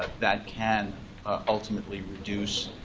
that can ultimately reduce